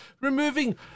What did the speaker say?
Removing